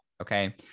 Okay